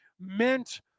meant